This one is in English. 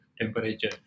temperature